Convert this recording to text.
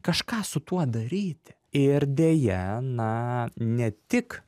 kažką su tuo daryti ir deja na ne tik